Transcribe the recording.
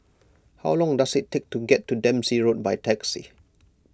how long does it take to get to Dempsey Road by taxi